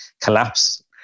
collapse